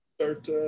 start